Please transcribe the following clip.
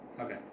Okay